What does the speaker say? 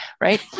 Right